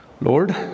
lord